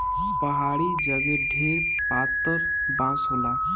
पहाड़ी जगे ढेर पातर बाँस होला